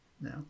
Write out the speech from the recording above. no